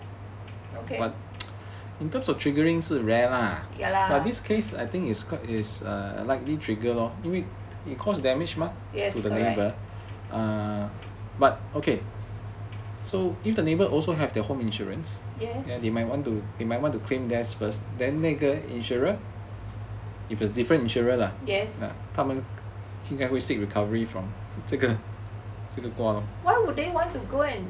okay ya lah why would they want to go and